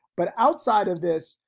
but outside of this,